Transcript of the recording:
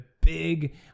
big